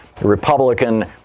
republican